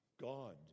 God